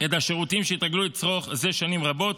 את השירותים שהתרגלו לצרוך זה שנים רבות,